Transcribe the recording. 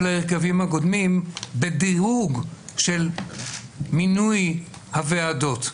ההרכבים הקודמים בדירוג של מינוי הוועדות.